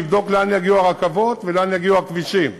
שיבדוק לאן יגיעו הרכבות ולאן יגיעו הכבישים.